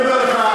אני אומר לך,